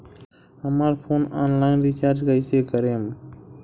हमार phone online recharge कईसे करेम?